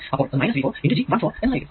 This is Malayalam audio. അപ്പോൾ അത് V 4 × G 1 4 എന്നതായിരിക്കും